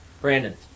Brandon